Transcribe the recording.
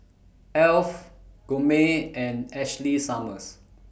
Alf Gourmet and Ashley Summers